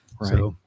Right